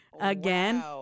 Again